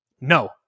No